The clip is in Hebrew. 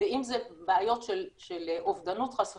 ואם זה בעיות של אובדנות חס וחלילה,